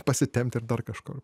pasitempt ir dar kažkur